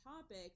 topic